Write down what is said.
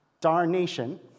darnation